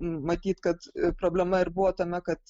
matyt kad problema ir buvo tame kad